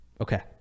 Okay